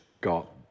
got